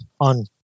on